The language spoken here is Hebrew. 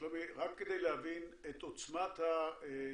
שלומי, רק כדי להבין את עוצמת הדיוק,